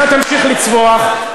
אתה תמשיך לצווח,